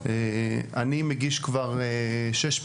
אני מגיש כבר שש פעמים,